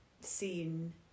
seen